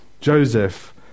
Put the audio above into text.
joseph